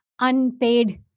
unpaid